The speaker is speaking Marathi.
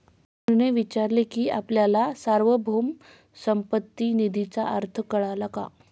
मोहनने विचारले की आपल्याला सार्वभौम संपत्ती निधीचा अर्थ कळला का?